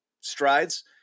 strides